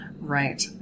right